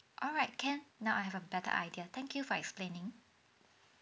alright can now I have a better idea thank you for explaining